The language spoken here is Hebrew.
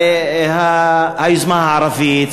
היוזמה הערבית,